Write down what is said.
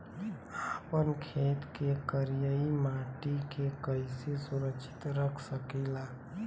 आपन खेत के करियाई माटी के कइसे सुरक्षित रख सकी ला?